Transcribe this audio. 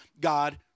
God